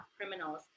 criminals